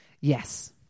Yes